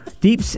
deep